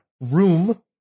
Room